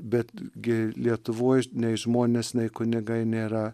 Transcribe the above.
bet gi lietuvoje nei žmonės nei kunigai nėra